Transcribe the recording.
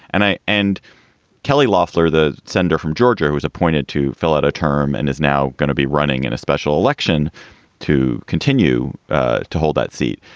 and i and kelly loffler, the senator from georgia who was appointed to fill out a term and is now going to be running in a special election to continue ah to hold that seat,